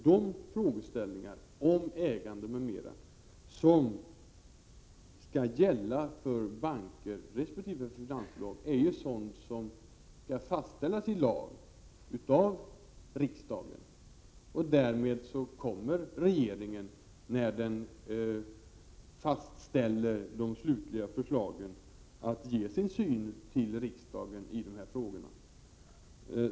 Vad som skall gälla för ägande m.m. av banker resp. finansbolag är ju sådant som skall fastställas i lag av riksdagen. Därmed kommer regeringen, när den fastställer de slutliga förslagen, att ge sin syn till riksdagen i dessa frågor.